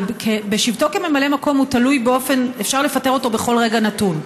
אבל בשבתו כממלא מקום אפשר לפטר אותו בכל רגע נתון.